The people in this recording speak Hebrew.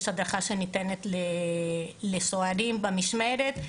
יש הדרכה שניתנת לסוהרים במשמרת.